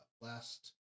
last